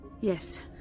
Yes